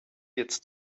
jetzt